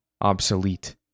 obsolete